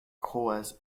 kroaz